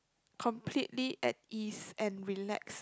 completely at ease and relax